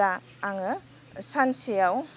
दा आङो सानसेयाव